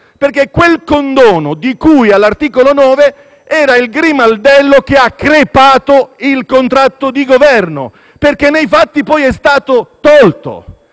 Governo. Quel condono di cui all'articolo 9, infatti, era il grimaldello che ha crepato il contratto di Governo, perché nei fatti poi è stato tolto,